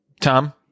Tom